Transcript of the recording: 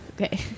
okay